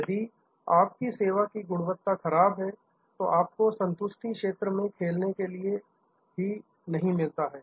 यदि आपकी सेवा की गुणवत्ता खराब है तो आपको संतुष्टि क्षेत्र में खेलने के लिए भी नहीं मिलता है